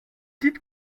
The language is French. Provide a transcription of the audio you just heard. dites